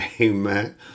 Amen